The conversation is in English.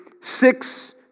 six